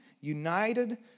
united